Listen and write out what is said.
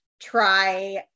try